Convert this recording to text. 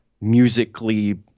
musically